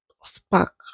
spark